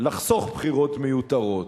לחסוך בחירות מיותרות,